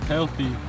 Healthy